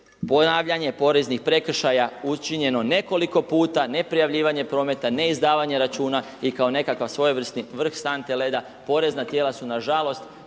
ponavljanje, poreznih prekršaja, učinjeno nekoliko puta, neprijavljivanja prometa, neizdavanje računa i kao nekakav svojevrsni vrh sante leda, porezna tijela su nažalost,